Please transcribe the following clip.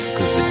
Cause